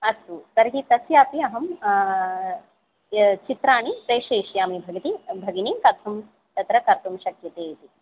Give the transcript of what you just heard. अस्तु तर्हि तस्यापि अहं चित्राणि प्रेषयिष्यामि भगिनि भगिनी कथं तत्र कर्तुं शक्यते इति